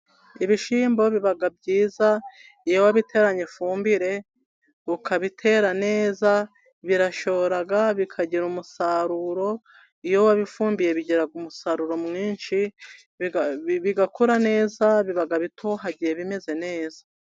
Ibishyimbo biba byiza, iyo wabiteranye ifumbire, ukabitera neza, birashora bikagira umusaruro, iyo wabifumbiye bigira umusaruro mwinshi, bigakura neza, biba bitohagiye bimeze neza.